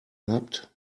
habt